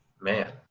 man